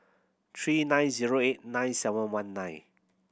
three nine zero eight nine seven one nine